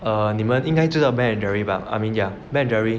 err 你们因该知道 Ben and Jerry 吧 I mean yeah Ben and Jerry